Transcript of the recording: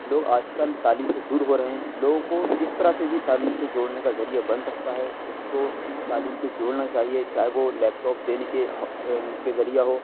لوگ آج کل تعلیم سے دور ہو رہے ہیں لوگوں کو جس طرح سے بھی تعلیم سے جوڑنے کا ذریعہ بن سکتا ہے اس کو تعلیم سے جوڑنا چاہیے چاہے وہ لیپ ٹاپ دینے کے کے ذریعہ ہو